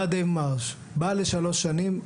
דיוויד מארש בא לשלוש שנים,